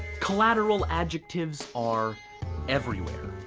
collateral adjectives are everywhere.